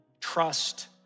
trust